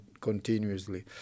continuously